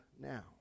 now